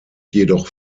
jedoch